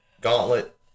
gauntlet